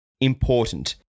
Important